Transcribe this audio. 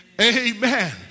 amen